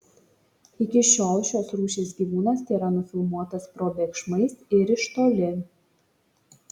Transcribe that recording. iki šiol šios rūšies gyvūnas tėra nufilmuotas probėgšmais ir iš toli